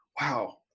wow